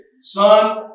Son